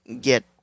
get